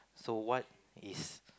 so what is